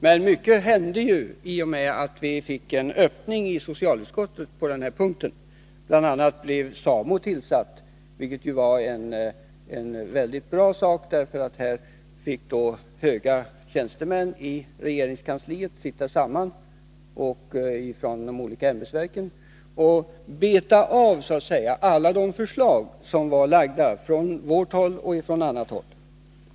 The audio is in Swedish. Men mycket hände i och med att vi fick en öppning i socialutskottet på denna punkt. Bl.a. tillsattes SAMO. Här fick höga tjänstemän i regeringskansliet sitta tillsammans med representanter från de olika ämbetsverken och ”beta av” alla de förslag som hade lagts fram från vårt håll och från andra håll.